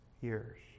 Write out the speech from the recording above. years